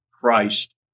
Christ